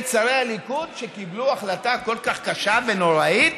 שרי הליכוד שקיבלו החלטה כל כך קשה ונוראית,